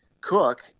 Cook